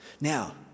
Now